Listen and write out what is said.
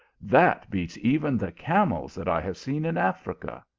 that beats even the camels that i have seen in africa.